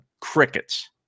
Crickets